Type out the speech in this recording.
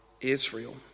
Israel